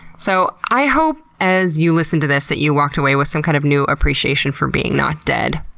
so i hope as you listened to this that you walked away with some kind of new appreciation for being not dead.